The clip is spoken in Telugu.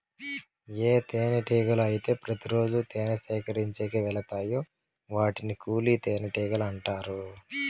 ఏ తేనెటీగలు అయితే ప్రతి రోజు తేనె సేకరించేకి వెలతాయో వాటిని కూలి తేనెటీగలు అంటారు